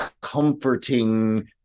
comforting